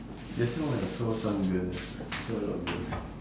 just now I saw some girls I saw a lot of girls